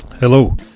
Hello